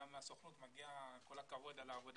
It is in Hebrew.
גם לסוכנות מגיע כל הכבוד על העבודה